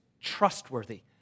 trustworthy